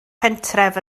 pentref